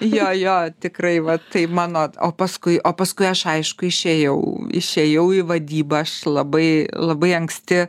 jo jo tikrai va tai mano o paskui o paskui aš aišku išėjau išėjau į vadybą aš labai labai anksti